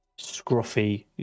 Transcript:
scruffy